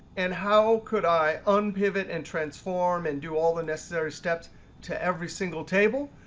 and how could i unpivot and transform and do all the necessary steps to every single table?